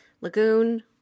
Lagoon